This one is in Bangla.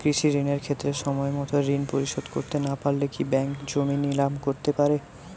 কৃষিঋণের ক্ষেত্রে সময়মত ঋণ পরিশোধ করতে না পারলে কি ব্যাঙ্ক জমি নিলাম করতে পারে?